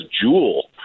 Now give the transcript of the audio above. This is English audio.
Jewel